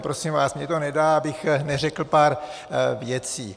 Prosím vás, mně to nedá, abych neřekl pár věcí.